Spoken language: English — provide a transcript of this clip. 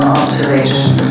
observation